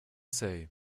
say